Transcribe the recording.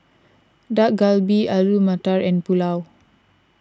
Dak Galbi Alu Matar and Pulao